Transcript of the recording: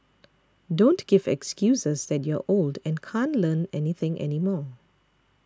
don't give excuses that you're old and can't Learn Anything anymore